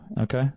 okay